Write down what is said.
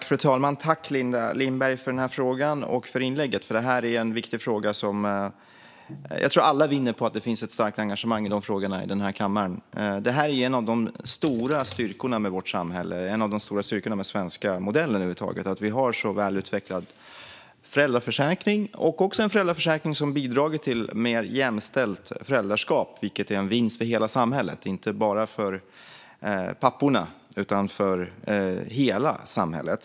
Fru talman! Jag tackar Linda Lindberg för frågan och inlägget. Detta är en viktig fråga. Jag tror att alla vinner på att det finns ett starkt engagemang i dessa frågor i den här kammaren. En av de stora styrkorna i vårt samhälle och med den svenska modellen är just att vi har en så väl utvecklad föräldraförsäkring, som också har bidragit till ett mer jämställt föräldraskap. Det är en vinst inte bara för papporna utan för hela samhället.